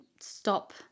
stop